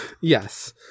yes